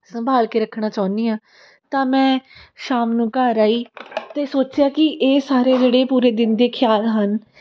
ਸੰਭਾਲ ਕੇ ਰੱਖਣਾ ਚਾਹੁੰਦੀ ਹਾਂ ਤਾਂ ਮੈਂ ਸ਼ਾਮ ਨੂੰ ਘਰ ਆਈ ਅਤੇ ਸੋਚਿਆ ਕਿ ਇਹ ਸਾਰੇ ਜਿਹੜੇ ਪੂਰੇ ਦਿਨ ਦੇ ਖਿਆਲ ਹਨ